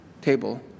table